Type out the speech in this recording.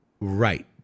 Right